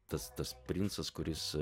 tas tas princas kuris